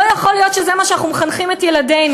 לא יכול להיות שזה מה שאנחנו מחנכים לו את ילדינו,